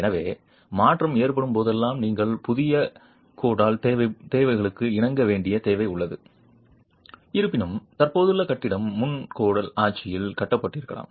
எனவே மாற்றம் ஏற்படும் போதெல்லாம் நீங்கள் புதிய கோடல் தேவைகளுக்கு இணங்க வேண்டிய தேவை உள்ளது இருப்பினும் தற்போதுள்ள கட்டிடம் முன் கோடல் ஆட்சியில் கட்டப்பட்டிருக்கலாம்